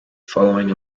following